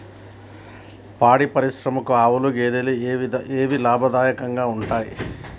పాడి పరిశ్రమకు ఆవుల, గేదెల ఏవి లాభదాయకంగా ఉంటయ్?